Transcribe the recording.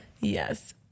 Yes